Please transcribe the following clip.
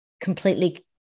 completely